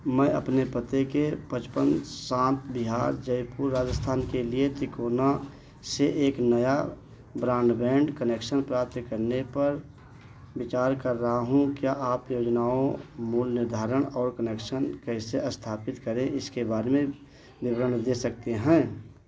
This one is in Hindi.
मैं अपने पते के पचपन शांत बिहार जयपुर राजस्थान के लिए तिकोना से एक नया ब्राण्डबैंड कनेक्शन प्राप्त करने पर विचार कर रहा हूँ क्या आप योजनाओं मूल्य निर्धारण और कनेक्शन कैसे स्थापित करे इसके बारे में विवरण दे सकते हैं